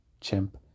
chimp